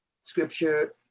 scripture